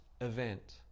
event